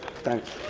thank you.